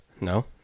No